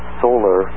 solar